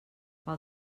pel